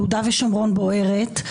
יהודה ושומרון בוערות,